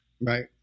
Right